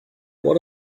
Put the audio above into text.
what